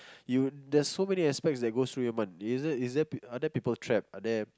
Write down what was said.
you there's so many aspects that goes through your mind is there is there peo~ are there people trapped are there